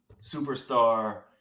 Superstar